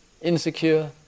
insecure